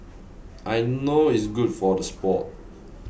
I know it's good for the sport